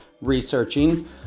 researching